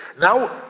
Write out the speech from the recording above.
Now